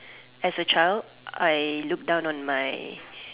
as a child I look down on my